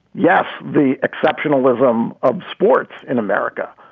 yes, the exceptionalism of sports in america.